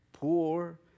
Poor